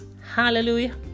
Hallelujah